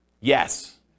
Yes